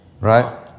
Right